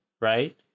right